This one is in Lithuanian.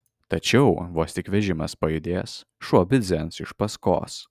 tačiau vos tik vežimas pajudės šuo bidzens iš paskos